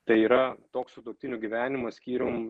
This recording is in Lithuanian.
tai yra toks sutuoktinių gyvenimas skyrium